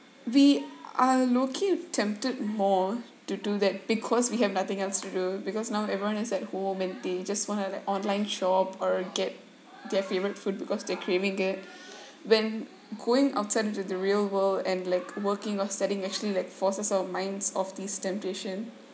we are okay we're tempted more to do that because we have nothing else to do because now everyone is at home and they just wanna like online shop or get their favourite food because they're craving it when going outside into the real world and like working or studying actually like forces our minds off this temptation